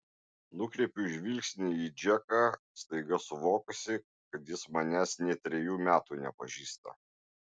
nukreipiu žvilgsnį į džeką staiga suvokusi kad jis manęs nė trejų metų nepažįsta